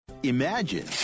Imagine